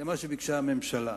זה מה שביקשה הממשלה.